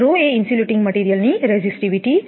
ρ એ ઇન્સ્યુલેટીંગ મટિરિયલની રેઝિસ્ટિવીટી